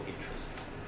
interests